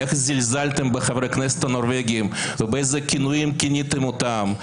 איך זלזלתם בחברי הכנסת הנורבגים ובאיזה כינויים כיניתם אותם,